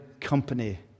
company